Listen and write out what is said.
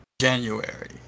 January